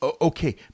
Okay